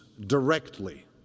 directly